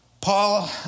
Paul